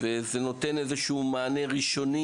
שנותנת איזה שהוא מענה ראשוני.